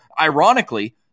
ironically